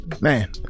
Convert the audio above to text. man